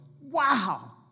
wow